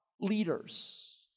leaders